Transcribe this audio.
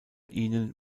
ihnen